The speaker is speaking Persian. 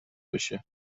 بشه